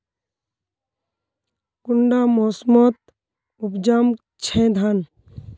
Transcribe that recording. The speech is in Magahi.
कुंडा मोसमोत उपजाम छै धान?